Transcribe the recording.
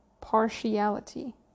partiality